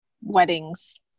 weddings